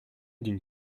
d’une